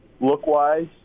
look-wise